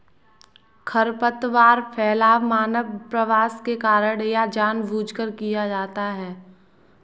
खरपतवार फैलाव मानव प्रवास के कारण या जानबूझकर किया जाता हैं